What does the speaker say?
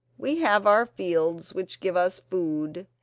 we have our fields which give us food,